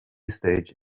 stage